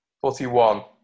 forty-one